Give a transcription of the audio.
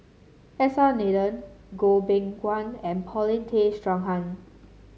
S R Nathan Goh Beng Kwan and Paulin Tay Straughan